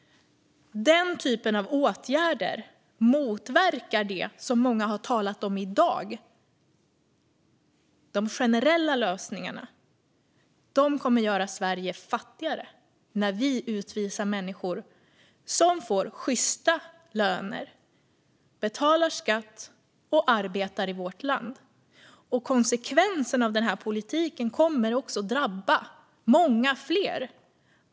Den typen av åtgärder motverkar det som många har talat om i dag. De generella lösningarna kommer att göra Sverige fattigare när vi utvisar människor som får sjysta löner, betalar skatt och arbetar i vårt land. Konsekvenserna av den här politiken kommer också att drabba många fler.